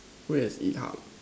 where is Yi Hao